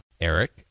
Eric